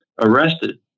arrested